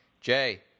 Jay